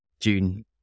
June